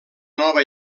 nova